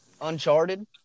Uncharted